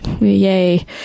yay